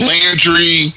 Landry